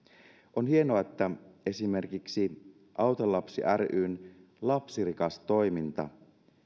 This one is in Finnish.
on hienoa että esimerkiksi auta lasta ryn lapsirikas toiminta